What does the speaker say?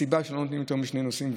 הסיבה שלא נותנים יותר משני נוסעים,